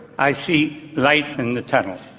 i see light in the tunnel.